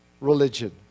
religion